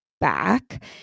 back